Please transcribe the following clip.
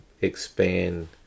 expand